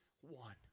one